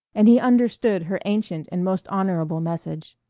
and he understood her ancient and most honorable message.